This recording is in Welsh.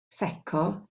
secco